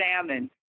salmon